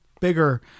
bigger